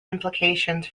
implications